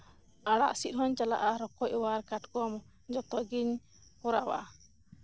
ᱟᱲᱟᱜ ᱥᱤᱫ ᱦᱚᱧ ᱪᱟᱞᱟᱜᱼᱟ ᱨᱚᱠᱚᱪ ᱚᱣᱟᱨ ᱠᱟᱴᱠᱚᱢ ᱡᱚᱛᱚ ᱜᱤᱧ ᱠᱚᱨᱟᱣᱟ